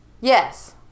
Yes